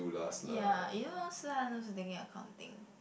ya you know Si-Han also taking accounting